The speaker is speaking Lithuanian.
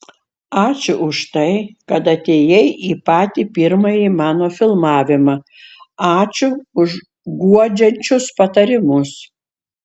ačiū už tai kad atėjai į patį pirmąjį mano filmavimą ačiū už guodžiančius patarimus